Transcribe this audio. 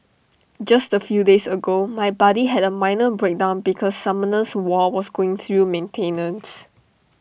just A few days ago my buddy had A minor breakdown because Summoners war was going through maintenance